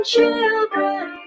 Children